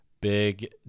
big